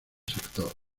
sector